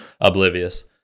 oblivious